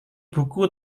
buku